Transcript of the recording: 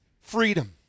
freedom